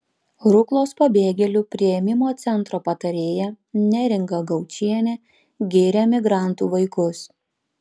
ruklos pabėgėlių priėmimo centro patarėja neringa gaučienė giria migrantų vaikus